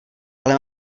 ale